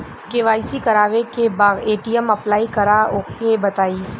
KYC करावे के बा ए.टी.एम अप्लाई करा ओके बताई?